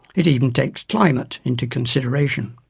it even takes climate into consideration.